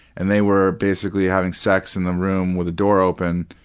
and they were basically having sex in the room with the door open,